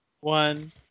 one